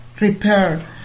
repair